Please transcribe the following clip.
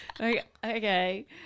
okay